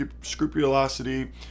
scrupulosity